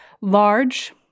large